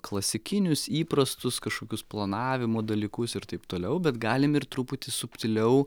klasikinius įprastus kažkokius planavimo dalykus ir taip toliau bet galim ir truputį subtiliau